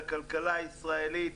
לכלכלה הישראלית,